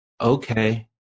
Okay